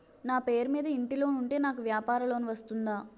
నా పేరు మీద ఇంటి లోన్ ఉంటే నాకు వ్యాపార లోన్ వస్తుందా?